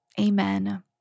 Amen